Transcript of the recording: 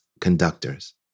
conductors